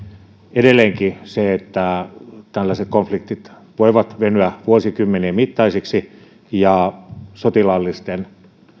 edelleenkin se että tällaiset konfliktit voivat venyä vuosikymmenien mittaisiksi ja sotilaallisten